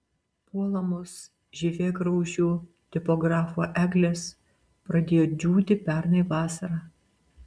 puolamos žievėgraužių tipografų eglės pradėjo džiūti pernai vasarą